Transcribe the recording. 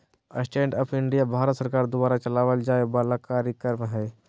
stand up India Bharat सरकार द्वारा चलावल जाय वाला कार्यक्रम हय